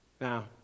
now